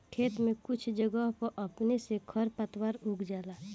खेत में कुछ जगह पर अपने से खर पातवार उग जाला